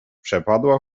przepadła